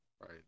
Right